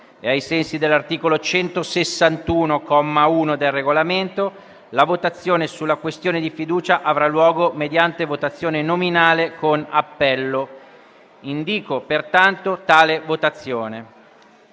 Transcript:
e ai sensi dell'articolo 161, comma 1, del Regolamento, la votazione sulla questione di fiducia avrà luogo mediante votazione nominale con appello. Ciascun senatore chiamato